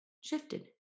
shifted